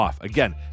Again